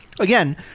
Again